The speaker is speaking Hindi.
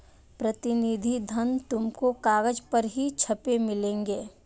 प्रतिनिधि धन तुमको कागज पर ही छपे मिलेंगे